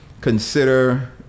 consider